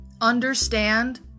understand